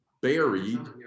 buried